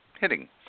hitting